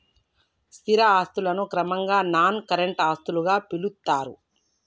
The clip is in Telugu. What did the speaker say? స్థిర ఆస్తులను క్రమంగా నాన్ కరెంట్ ఆస్తులుగా పిలుత్తరు